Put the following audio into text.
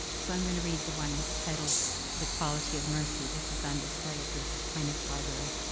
so, i'm going to read the one titled the quality of mercy. this is on display at the aquinas library.